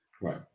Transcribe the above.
Right